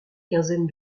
quinzaine